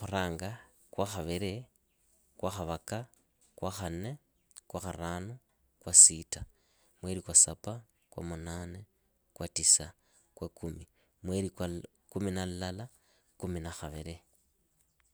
Kwa khuranga. khwa khaviri. kwa khavaka. kwa khanne. kwa kharanu. kwa sita. mweli kwa sapa. kwa munane, kwa tisa. kwa kumi. mweli kwa kumi na llala, kumi na khaviri.